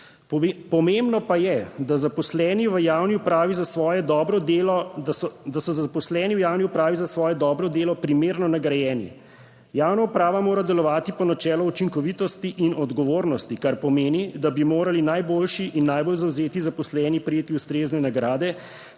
dobro delo, da so zaposleni v javni upravi za svoje dobro delo primerno nagrajeni. Javna uprava mora delovati po načelu učinkovitosti in odgovornosti, kar pomeni, da bi morali najboljši in najbolj zavzeti zaposleni prejeti ustrezne nagrade,